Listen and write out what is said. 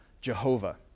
Jehovah